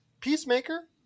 Peacemaker